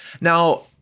Now